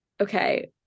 Okay